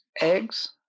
eggs